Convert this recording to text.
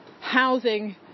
housing